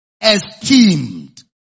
Esteemed